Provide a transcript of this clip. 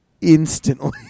instantly